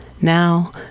now